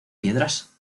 piedras